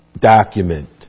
document